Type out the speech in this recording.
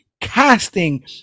casting